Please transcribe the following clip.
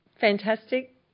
fantastic